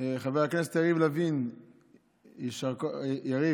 חבר הכנסת יריב לוין, יריב,